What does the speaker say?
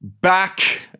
back